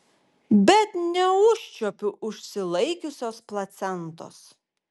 bet neužčiuopiu užsilaikiusios placentos